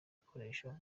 bikoresho